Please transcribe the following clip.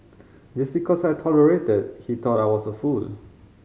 just because I tolerated he thought I was a fool